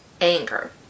anger